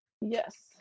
Yes